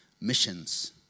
missions